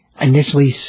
initially